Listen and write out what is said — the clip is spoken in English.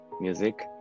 music